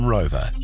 Rover